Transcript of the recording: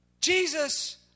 Jesus